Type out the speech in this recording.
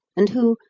and who,